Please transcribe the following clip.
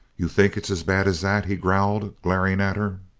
you think it's as bad as that? he growled, glaring at her.